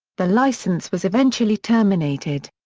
the license was eventually terminated.